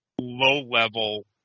low-level